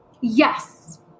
Yes